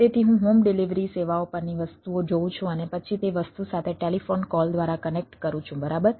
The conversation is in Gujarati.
તેથી હું હોમ ડિલિવરી સેવાઓ પરની વસ્તુઓ જોઉં છું અને પછી તે વસ્તુ સાથે ટેલિફોન કૉલ કરું છું બરાબર